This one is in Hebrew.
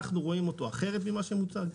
אנחנו רואים אותו אחרת ממה שמוצג כאן.